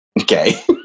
Okay